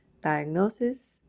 diagnosis